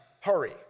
hurry